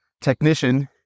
technician